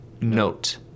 note